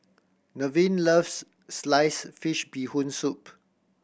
Nevin loves sliced fish Bee Hoon Soup